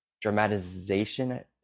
dramatization